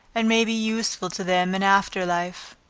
and may be useful to them in after life.